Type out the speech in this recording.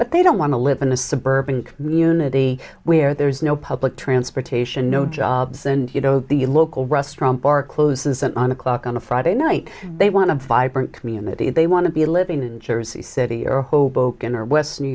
but they don't want to live in a suburban community where there's no public transportation no jobs and you know the local restaurant bar closes on a clock on a friday night they want to vibrant community they want to be living in jersey city or hoboken or west new